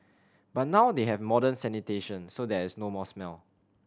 but now they have modern sanitation so there is no more smell